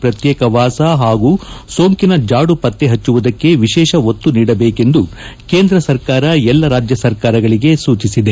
ಪ್ರತ್ಯೇಕವಾಸ ಹಾಗೂ ಸೋಂಕಿನ ಜಾಡು ಪತ್ತೆ ಪಟ್ಟಿವುದಕ್ಕೆ ವಿಶೇಷ ಒತ್ತು ನೀಡಬೇಕೆಂದು ಕೇಂದ್ರ ಸರ್ಕಾರ ಎಲ್ಲಾ ರಾಜ್ಯ ಸರ್ಕಾರಗಳಿಗೆ ಸೂಚಿಸಿದೆ